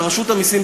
ורשות המסים,